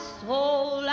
soul